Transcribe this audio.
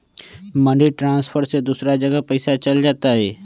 Money transfer से दूसरा जगह पईसा चलतई?